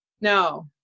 No